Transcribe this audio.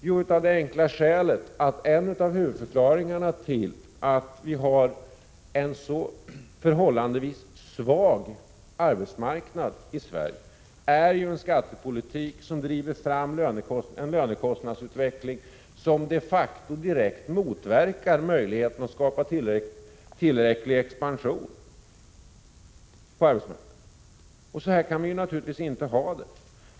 Jo, av det enkla skälet att en av huvudförklaringarna till att vi har en förhållandevis svag arbetsmarknad i Sverige är en skattepolitik, som driver fram en lönekostnadsutveckling som de facto direkt motverkar möjligheterna att skapa tillräcklig expansion på arbetsmarknaden. Så här kan vi naturligtvis inte ha det.